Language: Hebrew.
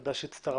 תודה שהצטרפת.